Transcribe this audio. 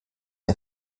der